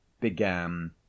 began